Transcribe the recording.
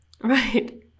Right